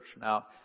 Now